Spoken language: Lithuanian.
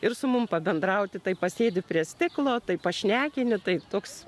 ir su mum pabendrauti tai pasėdi prie stiklo tai pašnekini tai toks